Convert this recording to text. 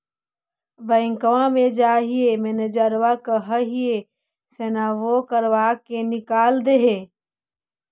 बैंकवा मे जाहिऐ मैनेजरवा कहहिऐ सैनवो करवा के निकाल देहै?